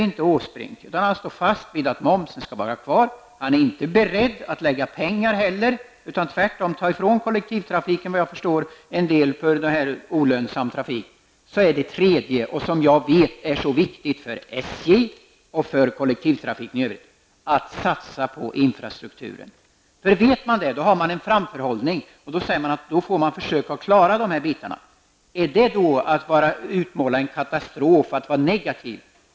Om Åsbrink står fast vid att momsen skall vara kvar och inte är beredd att lägga ut pengar, utan tvärtom, enligt vad jag förstår, vill ta ifrån kollektivtrafiken en del för den olönsamma trafiken är det tredje, som jag vet är så viktigt för SJ och kollektivtrafiken i övrigt, att satsa på infrastrukturen. Om man vet det har man en framförhållning. Man får då försöka klara dessa bitar. Innebär det att man utmålar en katastrof och är negativ?